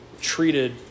treated